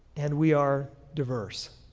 and we are diverse.